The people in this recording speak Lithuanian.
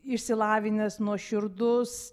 išsilavinęs nuoširdus